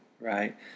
Right